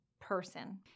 person